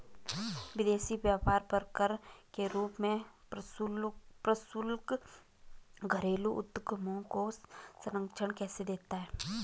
विदेशी व्यापार पर कर के रूप में प्रशुल्क घरेलू उद्योगों को संरक्षण कैसे देता है?